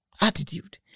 attitude